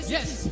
Yes